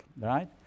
right